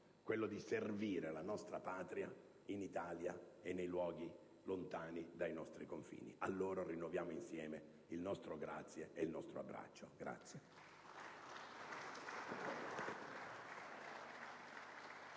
quella di servire la nostra Patria in Italia e nei luoghi lontani dai nostri confini. A loro rinnoviamo insieme il nostro grazie e il nostro abbraccio.